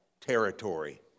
territory